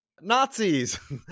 nazis